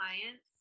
clients